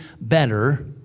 better